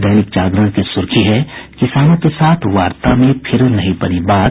दैनिक जागरण की सुर्खी है किसानों के साथ वार्ता में फिर नहीं बात